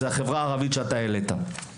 זו החברה הערבית שאתה העלית.